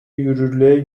yürürlüğe